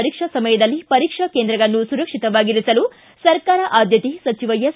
ಪರೀಕ್ಷಾ ಸಮಯದಲ್ಲಿ ಪರೀಕ್ಷಾ ಕೇಂದ್ರಗಳನ್ನು ಸುರಕ್ಷಿತವಾಗಿರಿಸಲು ಸರ್ಕಾರ ಆದ್ದತೆ ಸಚಿವ ಎಸ್